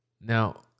Now